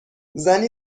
زنی